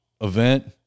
event